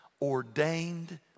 ordained